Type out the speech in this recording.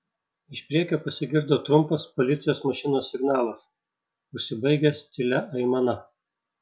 iš priekio pasigirdo trumpas policijos mašinos signalas užsibaigęs tylia aimana